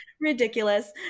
Ridiculous